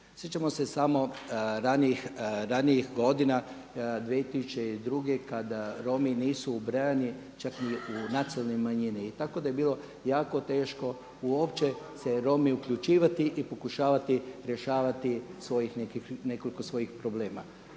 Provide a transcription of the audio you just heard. Sjećamo se samo ranijih godina 2002. kada Romi nisu ubrajani čak ni u nacionalne manjine i tako da je bilo jako teško uopće se Romi uključivati i pokušavati rješavati nekoliko svojih problema.